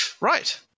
Right